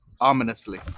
Ominously